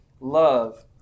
love